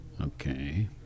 Okay